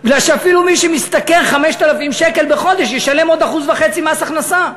בגלל שאפילו מי שמשתכר 5,000 שקל בחודש ישלם עוד 1.5% מס הכנסה,